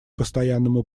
постоянному